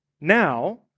now